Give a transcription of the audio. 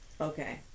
Okay